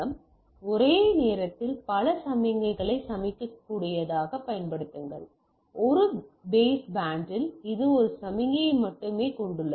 எனவே ஒரே நேரத்தில் பல சமிக்ஞைகளைச் சுமக்கக்கூடியதைப் பயன்படுத்துங்கள் ஒரு பேஸ்பேண்டில் இது ஒரு சமிக்ஞையை மட்டுமே கொண்டுள்ளது